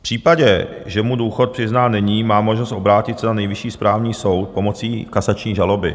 V případě, že mu důchod přiznán není, má možnost obrátit se na Nejvyšší správní soud pomocí kasační žaloby.